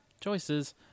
choices